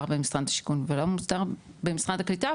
במשרד השיכון ולא מוסדר במשרד הקליטה,